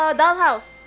dollhouse